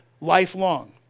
lifelong